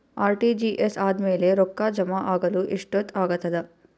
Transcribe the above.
RTGS ಆದ್ಮೇಲೆ ರೊಕ್ಕ ಜಮಾ ಆಗಲು ಎಷ್ಟೊತ್ ಆಗತದ?